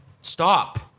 Stop